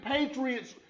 Patriots